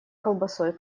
колбасой